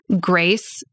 grace